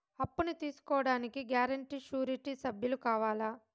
అప్పును తీసుకోడానికి guarantee, surety సభ్యులు కావాలా?